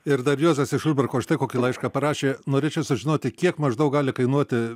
ir dar juozas iš jurbarko štai kokį laišką parašė norėčiau sužinoti kiek maždaug gali kainuoti